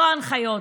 לא הנחיות,